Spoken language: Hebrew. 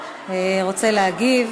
רוצה להגיב.